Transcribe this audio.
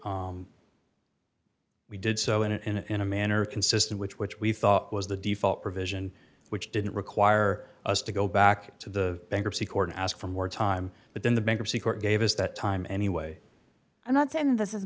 so we did so in an in a manner consistent which which we thought was the default provision which didn't require us to go back to the bankruptcy court and ask for more time but then the bankruptcy court gave us that time anyway i'm not saying this is